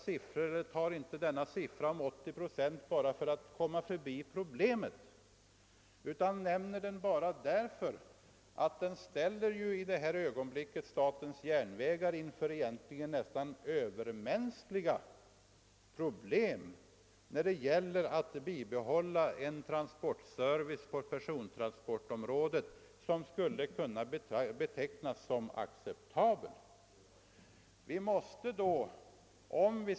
Jag tar heller inte denna siffra på 80 procent bara för att lätt komma förbi problemet, utan jag nämner den därför att den ställer statens järnvägar inför svåra problem när det gäller att bibehålla en transportservice på persontrafikområdet som skulle kunna jämföras med vad SJ förr kunde erbjuda.